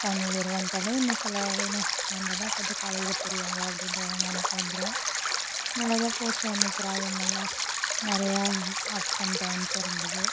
final year வந்துட்டாலே என்ன சொல்லவா வேணும் நம்பதான் கொஞ்சம் காலேஜில் பெரியவங்க அப்படின்ற ஒரு நினப்பு வந்துரும் நல்லாதான் போச்சு ஒன்றும் ப்ராப்ளம் இல்லை நிறையா அப்ஸ் அண்ட் டௌன்ஸ் இருந்தது